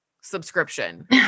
subscription